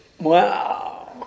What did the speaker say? wow